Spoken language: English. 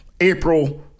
April